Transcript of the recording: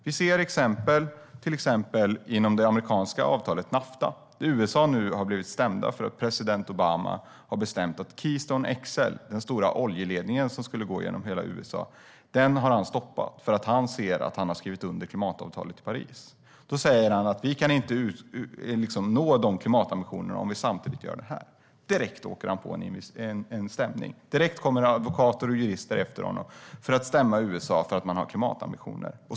Det finns exempel inom det amerikanska avtalet Nafta. USA har nu blivit stämt därför att president Obama har beslutat att Keystone XL - den stora oljeledningen som skulle gå genom hela USA - ska stoppas eftersom han har skrivit under klimatavtalet i Paris. Obama säger: Vi kan inte nå våra klimatambitioner om vi samtidigt tillåter oljeledningen. Då åker han direkt på en stämning. Advokater och jurister är efter honom för att stämma USA för att man har klimatambitioner.